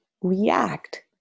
react